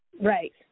Right